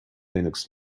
linux